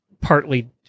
partly